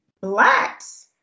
Blacks